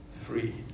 free